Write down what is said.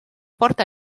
porta